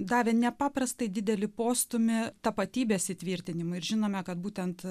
davė nepaprastai didelį postūmį tapatybės įtvirtinimui ir žinome kad būtent